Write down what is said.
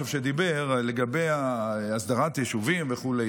שדיבר עכשיו לגבי הסדרת היישובים וכו',